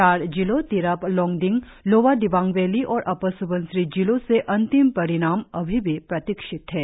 चार जिलों Tirap Longding Lower Dibang Valley और अपर सुबनसिरी जिलों से अंतिम परिणाम अभी भी प्रतीक्षित थे